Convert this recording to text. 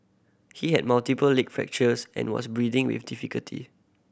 he had multiple leg fractures and was breathing with difficulty